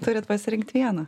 turit pasirinkt vieną